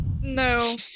No